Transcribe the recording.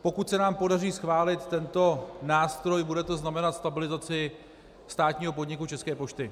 Pokud se nám podaří schválit tento nástroj, bude to znamenat stabilizaci státního podniku České pošty.